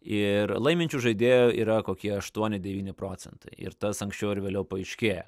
ir laiminčių žaidėjų yra kokie aštuoni devyni procentai ir tas anksčiau ar vėliau paaiškėja